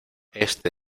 éste